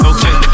Okay